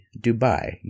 Dubai